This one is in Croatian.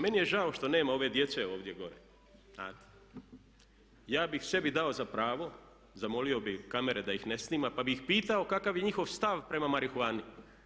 Meni je žao što nema ove djece ovdje gore, znate, ja bih sebi dao za pravo, zamolio bih kamere da ih ne snima pa bih ih pitao kakav je njihov stav prema marihuani.